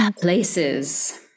places